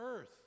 earth